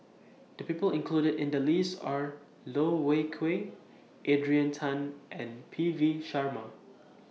The People included in The list Are Loh Wai Kiew Adrian Tan and P V Sharma